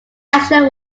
action